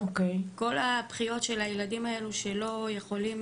כל הבכיות של הילדים האלו שלא יכולים